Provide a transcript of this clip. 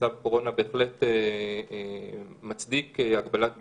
מצב הקורונה בהחלט מצדיק הגבלת ביקורים,